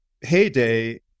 heyday